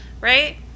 Right